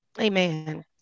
Amen